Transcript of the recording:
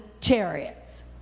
chariots